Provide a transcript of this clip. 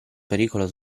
pericolo